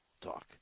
Talk